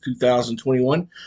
2021